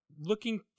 looking